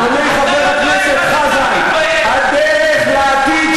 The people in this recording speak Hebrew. אתה לא דואג.